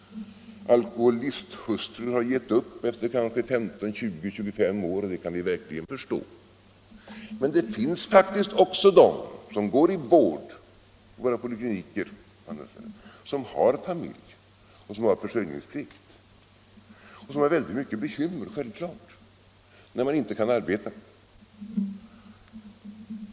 Alkoholisthustrur har givit upp efter kanske 15, 20 eller 25 år, och det kan vi verkligen förstå. Men det finns faktiskt också sådana som går i vård på kliniker och på andra ställen och som har familj och försörjningsplikt. De har självfallet väldigt mycket bekymmer när de inte kan arbeta.